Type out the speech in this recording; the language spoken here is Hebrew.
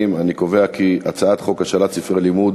את הצעת חוק השאלת ספרי לימוד